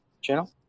channel